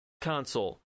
console